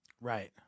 Right